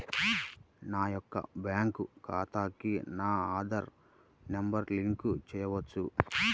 నా యొక్క బ్యాంక్ ఖాతాకి నా ఆధార్ నంబర్ లింక్ చేయవచ్చా?